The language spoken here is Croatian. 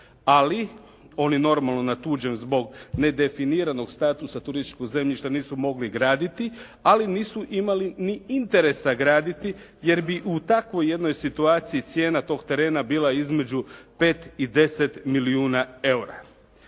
Ali oni normali na tuđem zbog nedefiniranog statusa turističkog zemljišta nisu mogli graditi, ali nisu imali ni interesa graditi, jer bi u takvoj jednoj situaciji cijena tog terena bila između 5 i 10 milijuna eura.